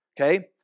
Okay